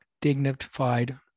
dignified